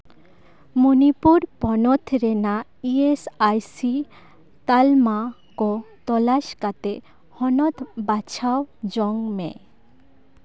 ᱢᱚᱱᱤᱯᱩᱨ ᱯᱚᱱᱚᱛ ᱨᱮᱱᱟᱜ A S I C ᱛᱟᱞᱢᱟ ᱠᱚ ᱛᱚᱞᱟᱥ ᱠᱟᱛᱮᱜ ᱦᱚᱱᱚᱛ ᱵᱟᱪᱷᱟᱣ ᱡᱚᱝ ᱢᱮ